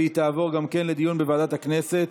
גם היא תעבור לדיון בוועדת הכנסת.